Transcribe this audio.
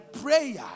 prayer